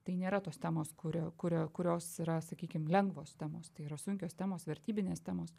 tai nėra tos temos kuri kuria kurios yra sakykim lengvos temos tai yra sunkios temos vertybinės temos